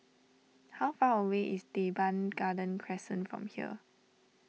how far away is Teban Garden Crescent from here